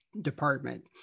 department